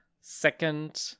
second